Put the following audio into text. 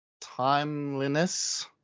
timeliness